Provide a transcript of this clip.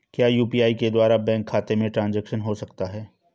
क्या यू.पी.आई के द्वारा बैंक खाते में ट्रैन्ज़ैक्शन हो सकता है?